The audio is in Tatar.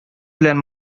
белән